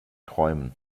träumen